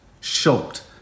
shocked